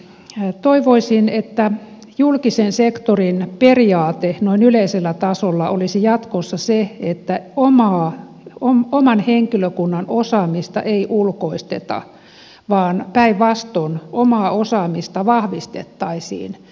toivoisin että julkisen sektorin periaate noin yleisellä tasolla olisi jatkossa se että oman henkilökunnan osaamista ei ulkoisteta vaan päinvastoin omaa osaamista vahvistettaisiin